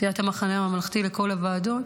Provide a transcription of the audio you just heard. סיעת המחנה הממלכתי, לכל הוועדות,